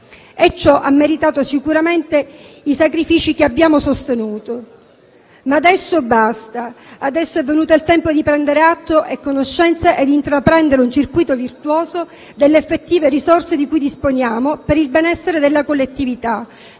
Ciò ha meritato sicuramente i sacrifici che abbiamo sostenuto. Ma adesso basta, è venuto il tempo di prendere atto della situazione e intraprendere un circuito virtuoso delle effettive risorse di cui disponiamo per il benessere della collettività,